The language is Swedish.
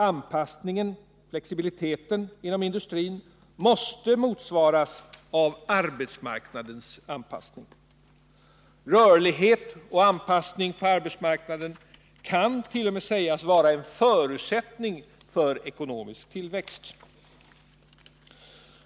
Anpassningen, flexibiliteten, inom industrin måste motsvaras av arbetsmarknadens anpassning. Rörlighet och anpassning på arbetsmarknaden kan t.o.m. vara en förutsättning för ekonomisk tillväxt.